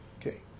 Okay